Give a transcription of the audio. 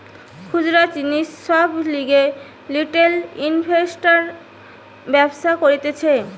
খুচরা জিনিস সব লিয়ে রিটেল ইনভেস্টর্সরা ব্যবসা করতিছে